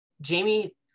Jamie